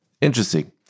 interesting